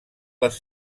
les